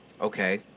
Okay